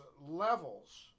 levels